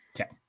Okay